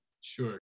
Sure